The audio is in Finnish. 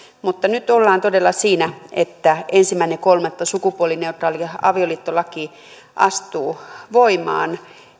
mutta nyt ollaan todella siinä että ensimmäinen kolmatta sukupuolineutraali avioliittolaki astuu voimaan